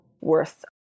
worth